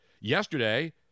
yesterday